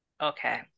Okay